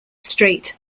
strait